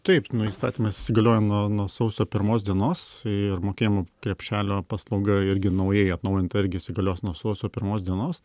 taip nu įstatymas įsigalioja nuo nuo sausio pirmos dienos ir mokėjimo krepšelio paslauga irgi naujai atnaujinta irgi įsigalios nuo sausio pirmos dienos